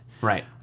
Right